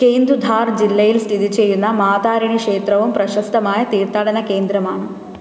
കേന്ദുഝാർ ജില്ലയിൽ സ്ഥിതി ചെയ്യുന്ന മാതാരിണി ക്ഷേത്രവും പ്രശസ്തമായ തീർത്ഥാടനകേന്ദ്രമാണ്